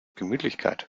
gemütlichkeit